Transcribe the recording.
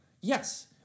yes